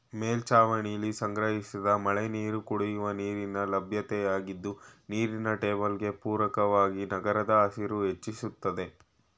ಮೇಲ್ಛಾವಣಿಲಿ ಸಂಗ್ರಹಿಸಿದ ಮಳೆನೀರು ಕುಡಿಯುವ ನೀರಿನ ಲಭ್ಯತೆಯಾಗಿದ್ದು ನೀರಿನ ಟೇಬಲ್ಗೆ ಪೂರಕವಾಗಿ ನಗರದ ಹಸಿರು ಹೆಚ್ಚಿಸ್ತದೆ